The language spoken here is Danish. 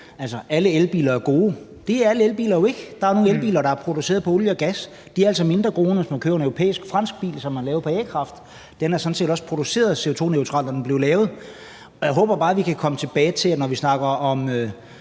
alle elbiler er gode. Det er alle elbiler jo ikke. Der er nogle elbiler, der er produceret på olie og gas, og de er altså mindre gode, end hvis man køber en europæisk, fransk bil, som er lavet på a-kraft. Den er sådan set også produceret CO2-neutralt, da den blev lavet. Jeg håber bare, at vi kan komme tilbage til, at vi, når vi snakker om